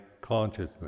consciousness